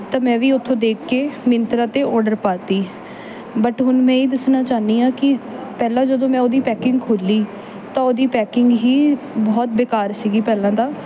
ਤਾਂ ਮੈਂ ਵੀ ਓੱਥੋਂ ਦੇਖ ਕੇ ਮਿੰਤਰਾ 'ਤੇ ਓਡਰ ਪਾਤੀ ਬੱਟ ਹੁਣ ਮੈਂ ਇਹ ਹੀ ਦੱਸਣਾ ਚਾਹੁੰਦੀ ਹਾਂ ਕਿ ਪਹਿਲਾਂ ਜਦੋਂ ਮੈਂ ਉਹਦੀ ਪੈਕਿੰਗ ਖੋਲ੍ਹੀ ਤਾਂ ਉਹਦੀ ਪੈਕਿੰਗ ਹੀ ਬਹੁਤ ਬੇਕਾਰ ਸੀਗੀ ਪਹਿਲਾਂ ਤਾਂ